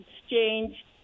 Exchange